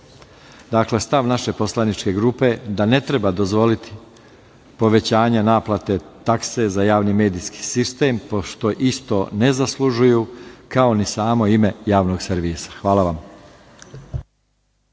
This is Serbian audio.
firmi. Dakle, stav naše poslaničke grupe je da ne treba dozvoliti povećanje naplate takse za javni medijski sistem, pošto isto ne zaslužuju, kao ni samo ime javnog servisa. Hvala vam.